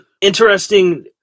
interesting